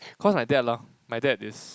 cause my dad lah my dad is